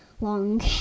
long